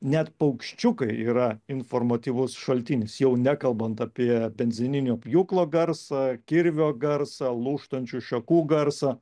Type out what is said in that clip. net paukščiukai yra informatyvus šaltinis jau nekalbant apie benzininio pjūklo garsą kirvio garsą lūžtančių šakų garsą